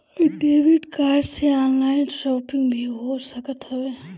debit card से online shopping भी हो सकत हवे